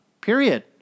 period